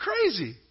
crazy